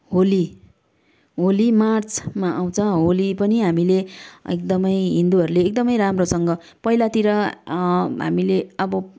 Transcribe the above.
होली होली मार्चमा आउँछ होली पनि हामीले एकदमै हिन्दूहरूले एकदमै राम्रोसँग पहिलातिर हामीले अब